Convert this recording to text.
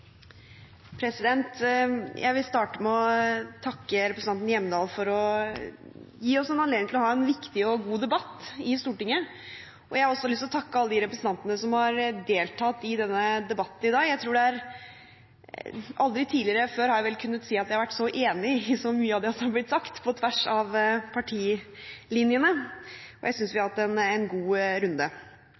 Jeg vil starte med å takke representanten Hjemdal for å gi oss en anledning til å ha en viktig og god debatt i Stortinget. Jeg har også lyst til å takke alle de representantene som har deltatt i denne debatten i dag. Aldri før har jeg vel kunnet si at jeg har vært så enig i så mye av det som har blitt sagt, på tvers av partilinjene, og jeg synes vi har hatt en god runde.